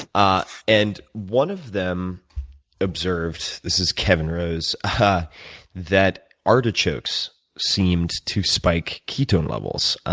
ah and one of them observed this is kevin rose that artichokes seemed to spike ketone levels.